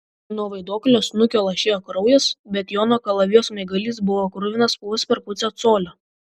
nuo vaiduoklio snukio lašėjo kraujas bet jono kalavijo smaigalys buvo kruvinas vos per pusę colio